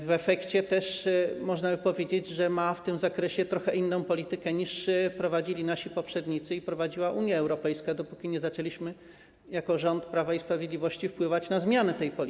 W efekcie też można by powiedzieć, że ma w tym zakresie trochę inną politykę, niż prowadzili nasi poprzednicy i Unia Europejska, dopóki nie zaczęliśmy jako rząd Prawa i Sprawiedliwości wpływać na zmianę tej polityki.